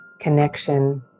connection